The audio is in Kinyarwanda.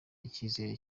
icyizere